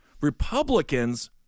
Republicans